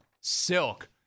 Silk